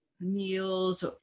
meals